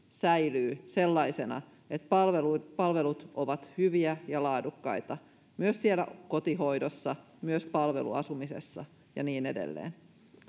säilyy sellaisena että palvelut palvelut ovat hyviä ja laadukkaita myös siellä kotihoidossa myös palveluasumisessa ja niin edelleen